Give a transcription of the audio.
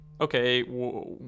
okay